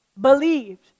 believed